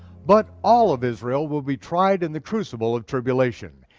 but all of israel will be tried in the crucible of tribulation.